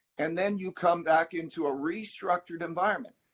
and then you come back into a restructured environment.